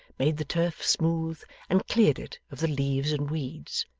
made the turf smooth, and cleared it of the leaves and weeds.